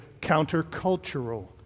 countercultural